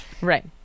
Right